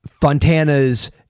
Fontana's